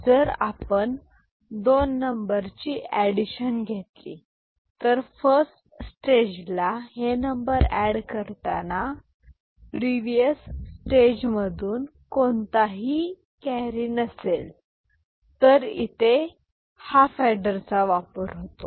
जर आपण या दोन नंबरची एडिशन घेतली तर फर्स्ट स्टेज ला हे नंबर एड करताना प्रीवियस स्टेज मधून कोणताही कॅरी नसेल तर इथे हाफ एडर चा वापर होतो